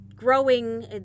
growing